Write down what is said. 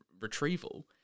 retrieval